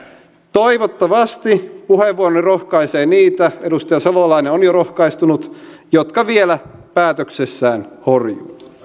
toivottavasti puheenvuoroni rohkaisee niitä edustaja salolainen on jo rohkaistunut jotka vielä päätöksessään horjuu